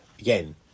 again